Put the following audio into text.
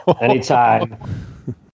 Anytime